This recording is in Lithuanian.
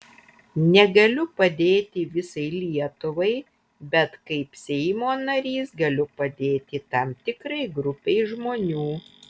negaliu padėti visai lietuvai bet kaip seimo narys galiu padėti tam tikrai grupei žmonių